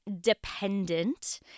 dependent